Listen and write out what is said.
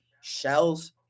shells